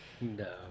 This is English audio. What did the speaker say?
No